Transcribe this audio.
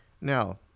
now